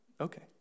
okay